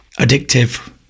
addictive